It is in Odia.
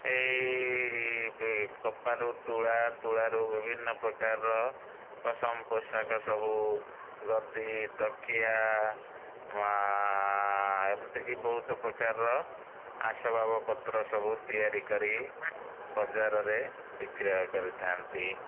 ଏଇ କପାରୁ ତୁଳା ତୁଳାରୁ ବିଭିନ୍ନ ପ୍ରକାରର ପଶମ ପୋଷାକ ସବୁ ଗଦି ତକିଆ ଏମିତିକି ବହୁତ ପ୍ରକାରର ଆସବାବପତ୍ର ସବୁ ତିଆରି କରି ବଜାରରେ ବିକ୍ରୟ କରିଥାଆନ୍ତି